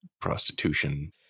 prostitution